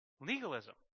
legalism